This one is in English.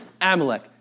Amalek